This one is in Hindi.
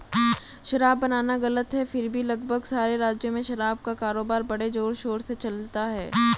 शराब बनाना गलत है फिर भी लगभग सारे राज्यों में शराब का कारोबार बड़े जोरशोर से चलता है